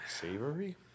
savory